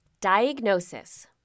Diagnosis